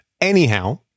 Anyhow